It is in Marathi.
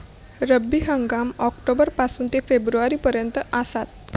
रब्बी हंगाम ऑक्टोबर पासून ते फेब्रुवारी पर्यंत आसात